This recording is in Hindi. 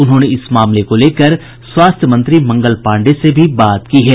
उन्होंने इस मामले को लेकर स्वास्थ्य मंत्री मंगल पांडेय से भी बात की है